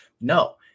No